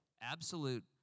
Absolute